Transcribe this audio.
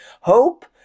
Hope